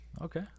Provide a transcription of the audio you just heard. Okay